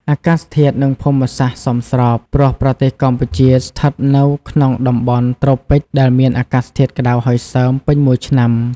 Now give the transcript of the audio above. អាកាសធាតុនិងភូមិសាស្ត្រសមស្រប ព្រោះប្រទេសកម្ពុជាស្ថិតនៅក្នុងតំបន់ត្រូពិចដែលមានអាកាសធាតុក្តៅហើយសើមពេញមួយឆ្នាំ។